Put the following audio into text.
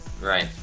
Right